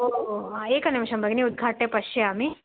ओहो एकनिमिषं भगिनि उद्घाट्य पश्यामि